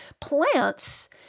plants